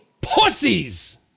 pussies